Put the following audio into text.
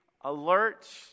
alert